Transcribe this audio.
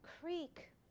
creek